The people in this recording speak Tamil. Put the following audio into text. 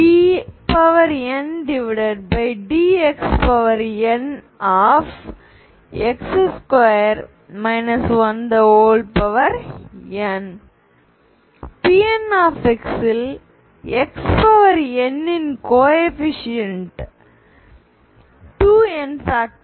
dndxnn Pnx ல் xn இன் கோஏபிசிஎன்ட் 2n